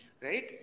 Right